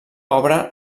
obra